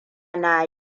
na